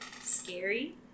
scary